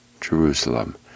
Jerusalem